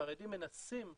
שחרדים מנסים להכנס,